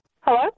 Hello